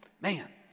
Man